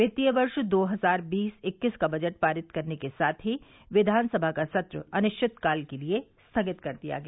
वित्तीय वर्ष दो हजार बीस इक्कीस का बजट पारित करने के साथ ही विधानसभा का सत्र अनिश्चितकाल के लिये स्थगित कर दिया गया